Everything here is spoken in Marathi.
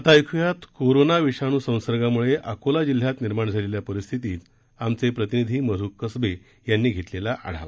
आता ऐकूयात कोरोना विषाणू संसर्गामुळे अकोला जिल्ह्यात निर्माण झालेल्या परिस्थितीचा आमचे प्रतिनिधी मधु कसवे यांनी घेतलेला आढावा